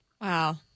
Wow